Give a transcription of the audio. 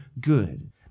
good